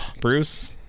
Bruce